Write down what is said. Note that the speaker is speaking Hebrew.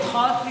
לדחות?